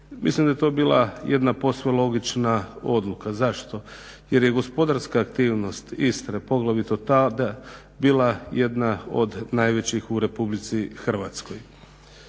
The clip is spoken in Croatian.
Mislim da je to bila jedna posve logična odluka. Zašto? Jer je gospodarska aktivnost Istre poglavito tada bila jedna od najvećih u RH.